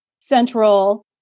Central